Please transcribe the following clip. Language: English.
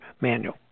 Manual